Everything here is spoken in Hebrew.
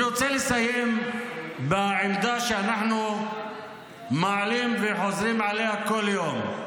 אני רוצה לסיים בעמדה שאנחנו מעלים וחוזרים עליה כל יום: